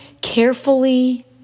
carefully